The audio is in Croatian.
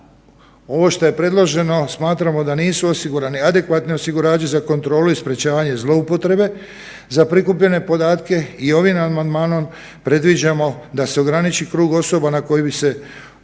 ovo što je predloženo, smatramo da nisu osigurani adekvatni osigurači za kontrolu i sprječavanje zloupotrebe za prikupljene podatke i ovim amandmanom predviđamo da se ograniči krug osoba na koje bi se mogle